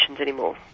anymore